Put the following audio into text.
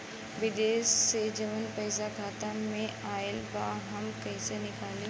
विदेश से जवन पैसा खाता में आईल बा हम कईसे निकाली?